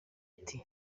ati